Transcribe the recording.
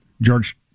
George